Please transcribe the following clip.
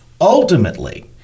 Ultimately